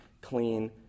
clean